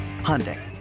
Hyundai